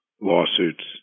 lawsuits